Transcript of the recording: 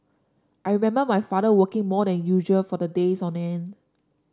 I remember my father working more than usual for the days on end